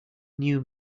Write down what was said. new